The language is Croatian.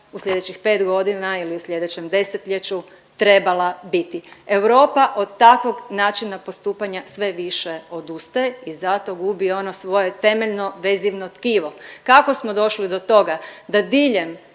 u slijedećih 5 godina ili u slijedećem desetljeću trebala biti. Europa od takvog načina postupanja sve više odustaje i zato gubi ono svoje temeljno vezivno tkivo. Kako smo došli do toga da diljem